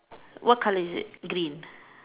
what colour is it green